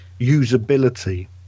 usability